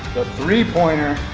three pointer.